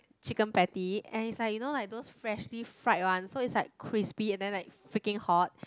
chicken patty and is like you know like those freshly fried one so it's like crispy and then like freaking hot